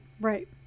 Right